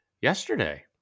yesterday